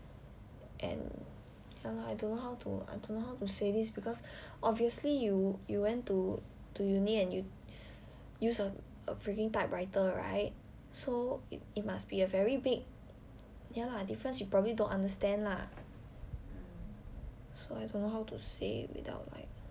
and ya lah I don't know how to say this because obviously you you went to uni and you use a freaking typewriter right so it must be a very big difference ya lah you probably don't understand lah so I don't know how to say without like